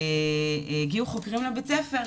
הגיעו חוקרים לבית הספר.